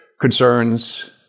concerns